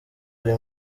ari